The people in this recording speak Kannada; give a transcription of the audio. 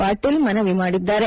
ಪಾಟೀಲ ಮನವಿ ಮಾಡಿದ್ದಾರೆ